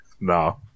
No